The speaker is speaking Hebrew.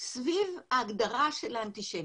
סביב ההגדרה של האנטישמיות,